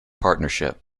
partnership